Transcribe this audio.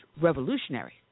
revolutionary